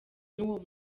n’uwo